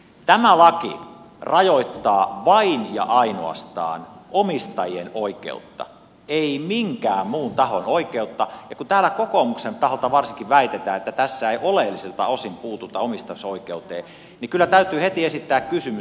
tämä laki rajoittaa vain ja ainoastaan omistajien oikeutta ei minkään muun tahon oikeutta ja kun täällä kokoomuksen taholta varsinkin väitetään että tässä ei oleellisilta osin puututa omistusoikeuteen niin kyllä täytyy heti esittää kysymys